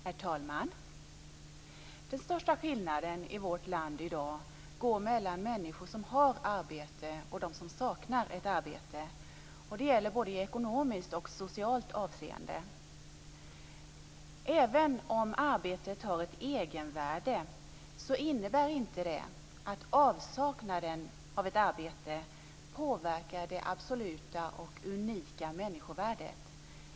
Herr talman! Den största skillnaden i vårt land i dag går mellan människor som har ett arbete och dem som saknar ett arbete. Detta gäller såväl i ekonomiskt som i socialt avseende. Även om arbetet har ett egenvärde innebär det inte att avsaknaden av ett arbete påverkar det absoluta och unika människovärdet.